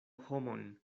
homon